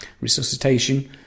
resuscitation